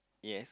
yes